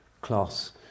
class